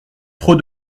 trop